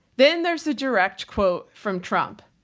then there's a direct quote from trump.